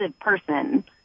person